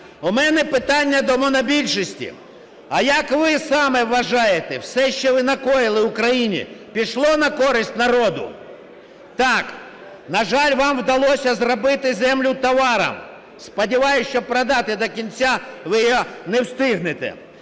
У мене питання до монобільшості. А як ви самі вважаєте, все, що ви накоїли в Україні, пішло на користь народу? Так, на жаль, вам вдалося зробити землю товаром. Сподіваюся, що продати до кінця ви її не встигнете.